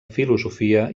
filosofia